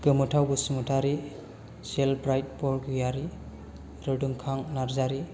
गोमोथाव बसुमतारी सेल्पराइद बरगयारी रोदोमखां नार्जारि